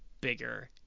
bigger